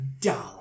dollar